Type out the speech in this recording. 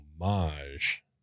homage